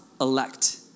elect